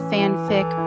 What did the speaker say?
Fanfic